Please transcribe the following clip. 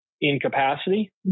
incapacity